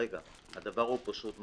הדבר פשוט מאוד: